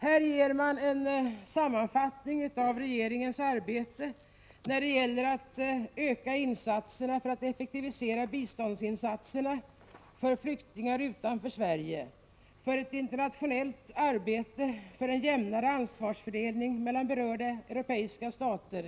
Här ger man en sammanfattning av regeringens arbete när det gäller att öka insatserna för att effektivisera biståndet till flyktingar utanför Sverige, för ett internationellt arbete, för en jämnare ansvarsfördelning mellan berörda europeiska stater.